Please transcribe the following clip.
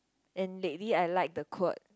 and maybe I like the quote